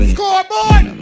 Scoreboard